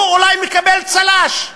הוא אולי מקבל צל"ש,